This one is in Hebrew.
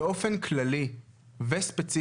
באופן כללי וספציפי,